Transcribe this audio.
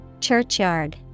Churchyard